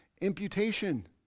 imputation